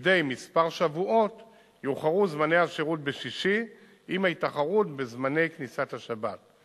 מדי כמה שבועות יואחרו זמני השירות בשישי עם ההתאחרות בזמני כניסת השבת.